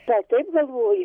gal taip galvoju